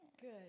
good